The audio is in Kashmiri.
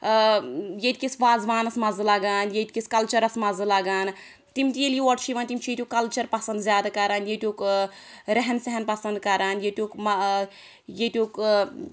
ٲں ییٚتکِس وازٕوانَس مَزٕ لگان ییٚتکِس کَلچَرَس مَزٕ لگان تِم تہِ ییٚلہِ یور چھِ یِوان تِم چھِ ییٚتیٛک کلچر پَسَنٛد زیٛادٕ کران ییٚتیٛک ٲں رہن سہن پَسَنٛد کران ییٚتیٛک ٲں ییٚتیُک ٲں